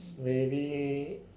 maybe